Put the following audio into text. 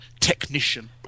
technician